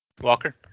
Walker